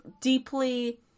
deeply